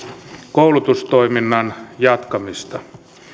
koulutustoiminnan jatkamista